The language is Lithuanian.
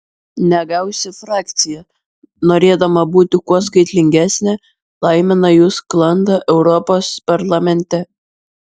negausi frakcija norėdama būti kuo skaitlingesnė laimina jų sklaidą europos parlamente